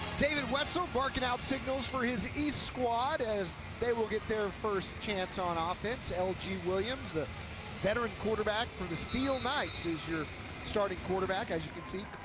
david wetzel barking out signals for his east squad as they will get their first chance on ah offense, l g. williams, the veteran quarterback for the steele knights is your starting quarterback, as you can see,